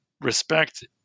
respect